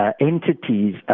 entities